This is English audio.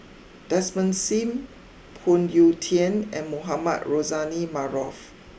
Desmond Sim Phoon Yew Tien and Mohamed Rozani Maarof